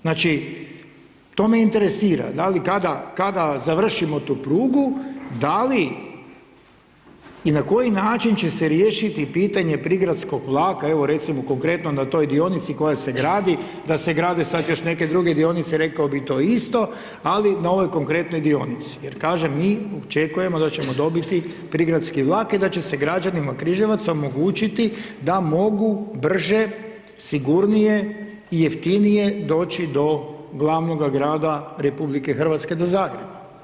Znači, to me interesira, da li kada završimo tu prugu, da li i na koji način će se riješiti pitanje prigradskog vlaka, evo recimo konkretno na toj dionici koja se gradi, da se grade sad još neke druge dionice, rekao bih to isto, ali na ovoj konkretnoj dionici jer kažem, mi očekujemo da ćemo dobiti prigradski vlak i da će se građanima Križevaca omogućiti da mogu brže, sigurnije i jeftinije doći do glavnoga grada RH, do Zagreba.